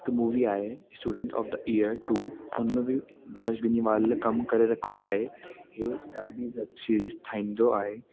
हिक मूवी आहे student of the year two हुन में बि हर्ष बेनीवाल कमु करे रखियो आहे हू डाढी वेब सीरीस ठाहींदो आहे